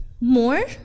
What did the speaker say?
more